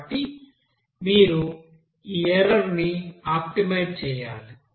కాబట్టి మీరు ఈ ఎర్రర్ ని ఆప్టిమైజ్ చేయాలి